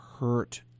hurt